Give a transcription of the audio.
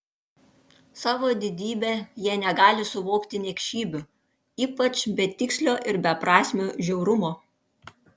savo didybe jie negali suvokti niekšybių ypač betikslio ir beprasmio žiaurumo